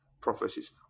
prophecies